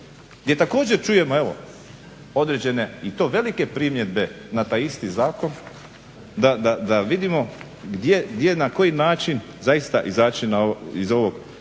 gdje također čujemo, evo određene i to velike primjedbe na taj isti zakon, da vidimo gdje, na koji način zaista izaći na ovo,